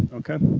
okay?